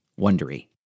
wondery